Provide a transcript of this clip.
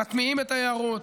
מטמיעים את ההערות,